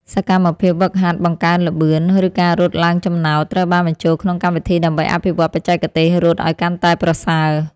សកម្មភាពហ្វឹកហាត់បង្កើនល្បឿន ឬការរត់ឡើងចំណោត ត្រូវបានបញ្ចូលក្នុងកម្មវិធីដើម្បីអភិវឌ្ឍបច្ចេកទេសរត់ឱ្យកាន់តែប្រសើរ។